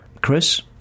chris